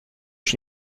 już